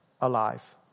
alive